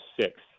six